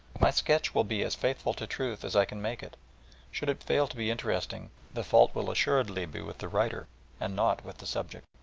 my sketch will be as faithful to truth as i can make it should it fail to be interesting, the fault will assuredly be with the writer and not with the subject.